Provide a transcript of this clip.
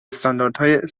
استانداردهای